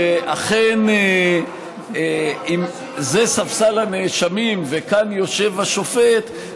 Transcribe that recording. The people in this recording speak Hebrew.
שאכן אם זה ספסל הנאשמים וכאן יושב השופט,